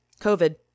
COVID